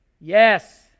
Yes